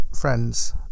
friends